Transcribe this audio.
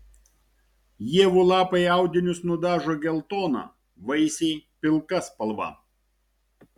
ievų lapai audinius nudažo geltona vaisiai pilka spalva